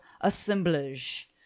assemblage